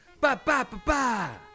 Ba-ba-ba-ba